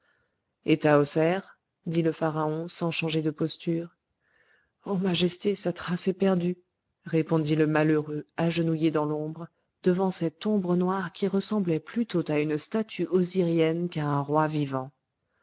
tahoser dit le pharaon sans changer de posture ô majesté sa trace est perdue répondit le malheureux agenouillé dans l'ombre devant cette ombre noire qui ressemblait plutôt à une statue osirienne qu'à un roi vivant